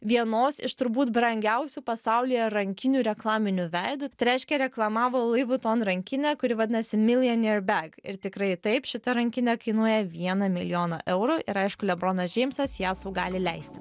vienos iš turbūt brangiausių pasaulyje rankinių reklaminiu veidu tai reiškia reklamavo louis vuitton rankinę kuri vadinasi millionaire bag ir tikrai taip šita rankinė kainuoja vieną milijoną eurų ir aišku lebronas džeimsas ją sau gali leisti